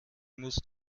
musst